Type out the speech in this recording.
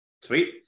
sweet